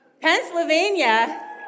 Pennsylvania